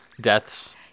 deaths